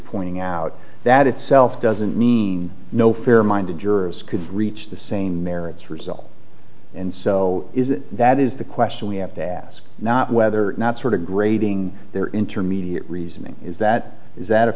pointing out that itself doesn't mean no fair minded jurors could reach the same merits result and so is that is the question we have to ask not whether or not sort of grading their intermediate reasoning is that is that a